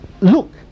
look